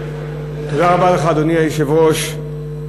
אדוני היושב-ראש,